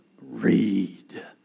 Read